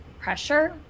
pressure